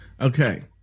Okay